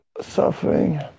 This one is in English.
suffering